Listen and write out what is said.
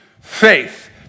Faith